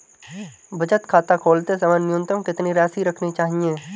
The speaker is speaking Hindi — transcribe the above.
बचत खाता खोलते समय न्यूनतम कितनी राशि रखनी चाहिए?